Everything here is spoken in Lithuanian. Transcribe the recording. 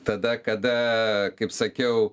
tada kada kaip sakiau